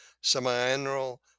Semiannual